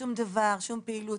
שום דבר, שום פעילות.